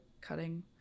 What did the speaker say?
cutting